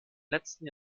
letzten